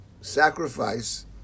sacrifice